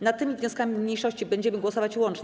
Nad tymi wnioskami mniejszości będziemy głosować łącznie.